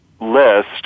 list